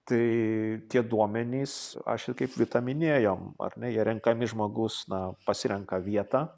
tai tie duomenys aš ir kaip vita minėjom ar ne jie renkami žmogus na pasirenka vietą